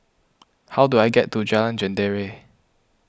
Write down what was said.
how do I get to Jalan Jendela